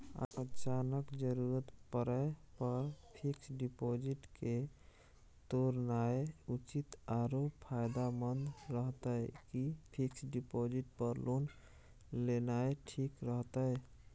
अचानक जरूरत परै पर फीक्स डिपॉजिट के तोरनाय उचित आरो फायदामंद रहतै कि फिक्स डिपॉजिट पर लोन लेनाय ठीक रहतै?